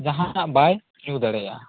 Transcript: ᱡᱟᱦᱟᱱᱟᱜ ᱵᱟᱭ ᱧᱩ ᱫᱟᱲᱮᱭᱟᱜ ᱟ